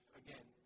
again